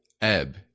ebb